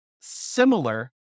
similar